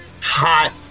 hot